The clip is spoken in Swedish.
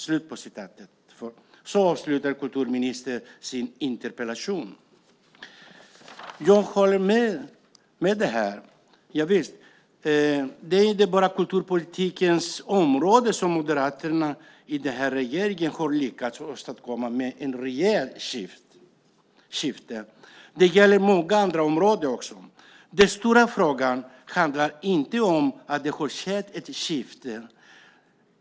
Så avslutar kulturministern sitt interpellationssvar. Det är inte bara på kulturpolitikens område som Moderaterna i den här regeringen har lyckats åstadkomma ett reellt skifte, utan det gäller också på många andra områden. Den stora frågan handlar inte om att det har skett ett skifte.